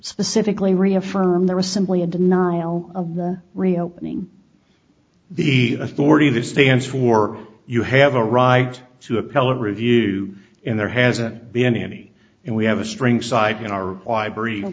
specifically reaffirmed there was simply a denial of reopening the authority that stands for you have a right to appellate review and there hasn't been any and we have a string site in our library